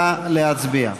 נא להצביע.